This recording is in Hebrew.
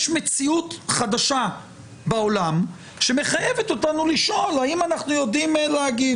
יש מציאות חדשה בעולם שמחייבת אותנו לשאול האם אנחנו יודעים להגיב.